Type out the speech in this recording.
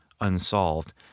unsolved